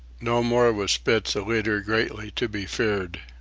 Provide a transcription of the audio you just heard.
no more was spitz a leader greatly to be feared.